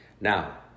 Now